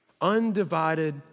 Undivided